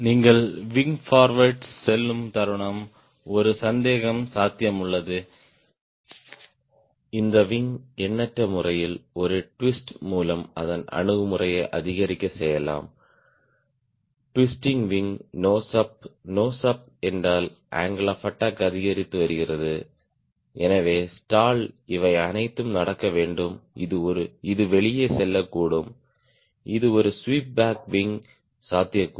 நீங்கள் wing forward செல்லும் தருணம் ஒரு சந்தேகம் சாத்தியம் உள்ளது இந்த விங் எண்ணற்ற முறையில் ஒரு ட்விஸ்ட் மூலம் அதன் அணுகுமுறையை அதிகரிக்கச் செய்யலாம் twisting wing nose up nose up என்றால் அங்கிள் ஆப் அட்டாக் அதிகரித்து வருகிறது எனவே ஸ்டால் இவை அனைத்தும் நடக்க வேண்டும் அது வெளியே செல்லக்கூடும் இது ஒரு ஸ்வீப் பேக் விங் சாத்தியக்கூறு